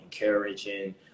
encouraging